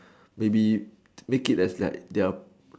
maybe make it as like their